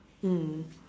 mm